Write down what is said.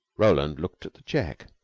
roland looked at the check.